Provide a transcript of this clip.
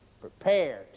prepare